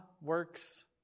works